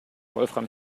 wolfram